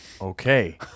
Okay